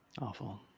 Awful